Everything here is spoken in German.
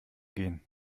gehen